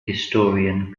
historian